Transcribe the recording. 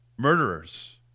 murderers